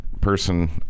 person